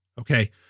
Okay